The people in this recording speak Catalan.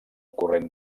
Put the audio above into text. corrent